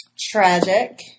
Tragic